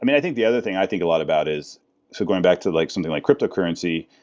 i think the other thing i think a lot about is so going back to like something like cryptocurrency.